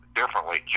differently